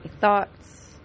thoughts